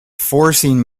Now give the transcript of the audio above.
forcing